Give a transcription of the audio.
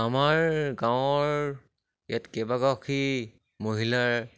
আমাৰ গাঁৱৰ ইয়াত কেইবাগৰাকী মহিলাৰ